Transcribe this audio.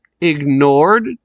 ignored